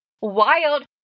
Wild